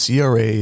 CRA